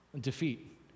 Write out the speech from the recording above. defeat